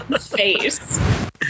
face